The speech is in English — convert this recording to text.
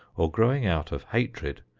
or growing out of hatred,